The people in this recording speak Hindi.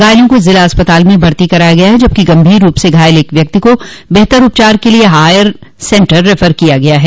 घायलों को ज़िला अस्पताल में भर्ती कराया गया है जबकि गंभीर रूप से घायल एक व्यक्ति को बेहतर उपचार के लिए हायर सेन्टर रेफर कर दिया गया है